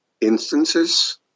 instances